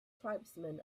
tribesmen